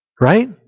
Right